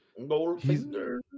Goldfinger